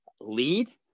lead